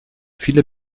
viele